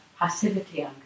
passivity